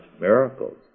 miracles